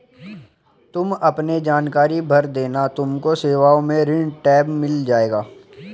तुम अपने जानकारी भर देना तुमको सेवाओं में ऋण टैब मिल जाएगा